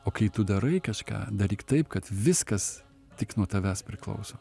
o kai tu darai kažką daryk taip kad viskas tik nuo tavęs priklauso